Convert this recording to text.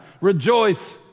rejoice